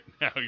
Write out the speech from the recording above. now